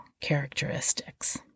characteristics